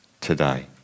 today